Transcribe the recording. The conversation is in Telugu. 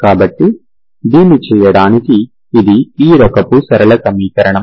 కాబట్టి దీన్ని చేయడానికి ఇది ఈ రకపు సరళ సమీకరణం